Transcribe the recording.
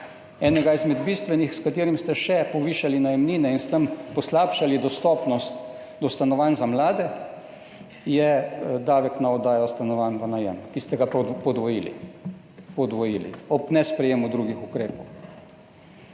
En izmed bistvenih [davkov], s katerim ste še povišali najemnine in s tem poslabšali dostopnost do stanovanj za mlade, je davek na oddajo stanovanj v najem, ki ste ga podvojili, ob nesprejetju drugih ukrepov.